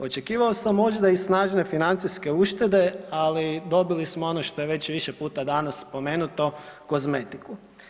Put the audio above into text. Očekivao sam možda i snažne financijske uštede ali dobili smo ono što je već više puta danas spomenuto, kozmetiku.